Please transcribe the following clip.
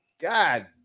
god